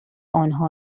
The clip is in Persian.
آنها